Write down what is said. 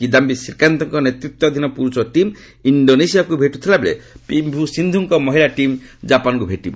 କିଦାୟି ଶ୍ରୀକାନ୍ତଙ୍କ ନେତୃତ୍ୱାଧୀନ ପୁରୁଷ ଟିମ୍ ଇଣ୍ଡୋନେସିଆକୁ ଭେଟ୍ରଥିଲା ବେଳେ ପିଭି ସିନ୍ଧଙ୍କ ମହିଳା ଟିମ୍ ଜାପାନ୍କୁ ଭେଟିବ